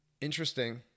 Interesting